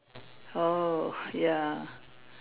oh ya